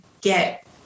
get